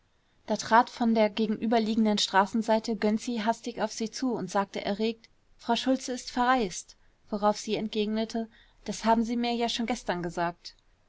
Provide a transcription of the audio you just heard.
da trat von der gegenüberliegenden straßenseite gönczi hastig auf sie zu und sagte erregt frau schultze ist verreist worauf sie entgegnete das haben sie mir ja schon gestern gesagt